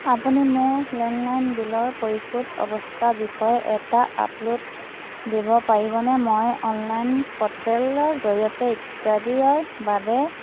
আপুনি মোৰ লেণ্ডলাইন বিলৰ পৰিশোধ অৱস্থাৰ বিষয়ে এটা আপলোড দিব পাৰিবনে মই অনলাইন পৰ্টেলৰ জৰিয়তে ইত্যাদিৰ বাবে